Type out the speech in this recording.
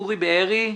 אורי בארי,